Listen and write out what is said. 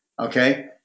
Okay